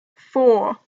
four